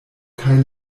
kaj